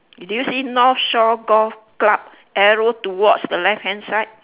do you see north shore golf club arrow towards the left hand side